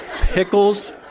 Pickles